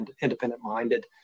independent-minded